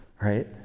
Right